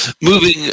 moving